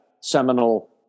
seminal